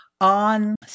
on